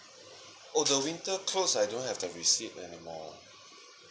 oh the winter clothes I don't have the receipt anymore